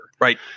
Right